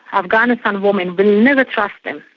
afghanistan women will never trust them.